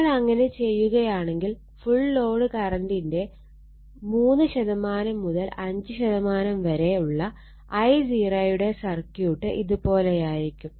നമ്മൾ അങ്ങനെ ചെയ്യുകയാണെങ്കിൽ ഫുൾ ലോഡ് കറണ്ടിന്റെ 3 5 വരെ ഉള്ള I0 യുടെ സർക്യൂട്ട് ഇത് പോലെയായിരിക്കും